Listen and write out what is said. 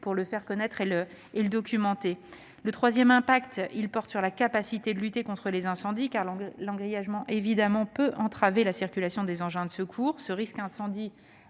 pour le faire connaître et le documenter. Le troisième impact porte sur la capacité à lutter contre les incendies, car l'engrillagement peut entraver la circulation des engins de secours. Le risque d'incendie